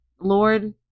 Lord